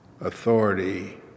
authority